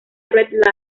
red